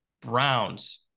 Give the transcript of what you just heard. Browns